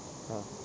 ya